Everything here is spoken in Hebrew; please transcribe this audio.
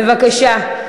בבקשה.